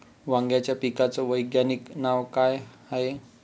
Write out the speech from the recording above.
वांग्याच्या पिकाचं वैज्ञानिक नाव का हाये?